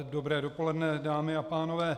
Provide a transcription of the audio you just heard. Dobré dopoledne, dámy a pánové.